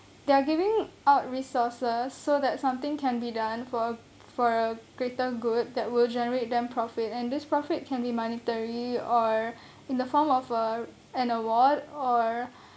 they're giving out resources so that something can be done for a for a greater good that will generate them profit and this profit can be monetary or in the form of a an award or